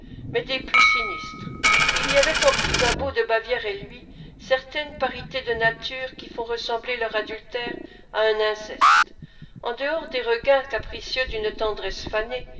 mais des plus sinistres il y avait entre ysabeau de bavière et lui certaines parités de nature qui font ressembler leur adultère à un inceste en dehors des regains capricieux d'une tendresse fanée